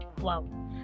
Wow